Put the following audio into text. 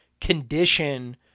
condition